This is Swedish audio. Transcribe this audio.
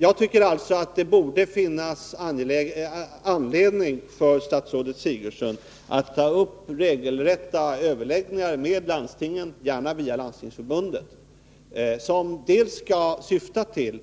Det borde alltså finnas anledning för statsrådet Sigurdsen att ta upp regelrätta överläggningar med landstingen, gärna via Landstingsförbundet, överläggningar som skall syfta dels